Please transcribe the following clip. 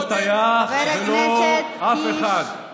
לא טייח ולא אף אחד.